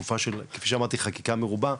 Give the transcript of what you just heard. כפי שאמרתי בחקיקה מרובה,